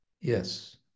yes